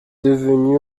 devenu